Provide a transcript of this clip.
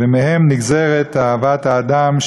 ומהם נגזרת אהבת האדם,